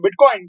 Bitcoin